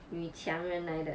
女强人来的